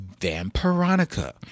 Vampironica